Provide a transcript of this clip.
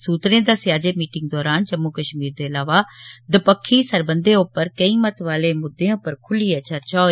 सूत्रे दस्सेआ जे मीटिंग दरान जम्मू कश्मीर दे इलावा दपक्खी सरबंधें उप्पर केई महत्वै आले मुद्वें उप्पर खुल्लियै चर्चा होई